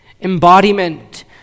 embodiment